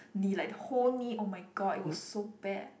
knee like the whole knee oh-my-god it was so bad